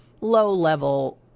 low-level